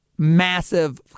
Massive